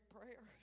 prayer